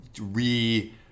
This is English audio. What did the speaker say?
re